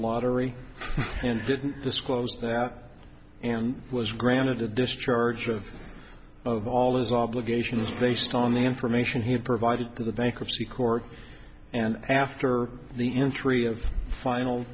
lottery and didn't disclose that and was granted a discharge of of all his obligations based on the information he had provided to the bankruptcy court and after the entry of final